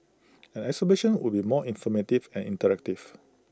an exhibition would be more informative and interactive